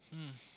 hmm